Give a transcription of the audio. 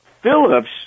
Phillips